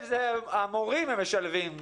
המורים הם המשלבים.